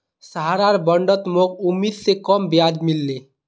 सहारार बॉन्डत मोक उम्मीद स कम ब्याज मिल ले